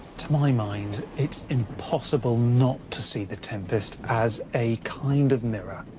to my mind, it's impossible not to see the tempest as a kind of mirror,